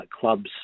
clubs